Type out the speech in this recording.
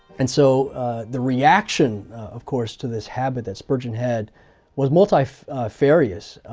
and so the reaction of course to this habit that spurgeon had was multifarious.